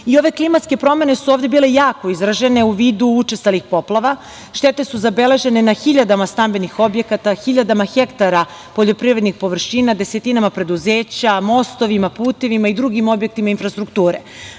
i ove klimatske promene su ovde bile jako izražene u vidu učestalih poplava. Štete su zabeležene na hiljadama stambenih objekata, hiljadama hektara poljoprivrednih površina, desetinama preduzeća, mostovima, putevima i drugim objektima infrastrukture. Država